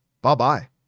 bye-bye